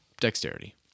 Dexterity